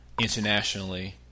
internationally